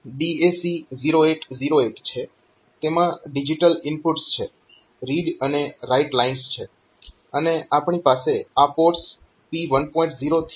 તેમાં digital inputs છે read અને રાઇટ લાઇન્સ છે અને આપણી પાસે આ પોર્ટ્સ P1